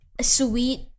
sweet